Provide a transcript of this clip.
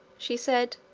she said,